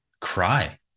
cry